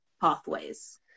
pathways